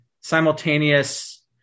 simultaneous